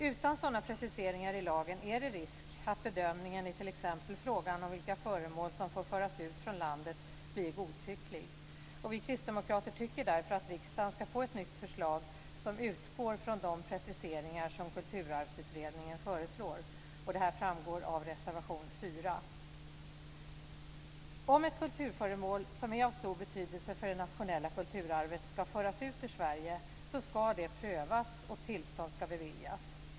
Utan sådana preciseringar i lagen är det risk att bedömningen i t.ex. frågan om vilka föremål som får föras ut från landet blir godtycklig. Vi kristdemokrater tycker därför att riksdagen ska få ett nytt förslag, som utgår från de preciseringar som Kulturarvsutredningen föreslår. Det här framgår av reservation 4. Om ett kulturföremål som är av stor betydelse för det nationella kulturarvet ska föras ut ur Sverige, ska det prövas och tillstånd beviljas.